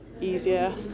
easier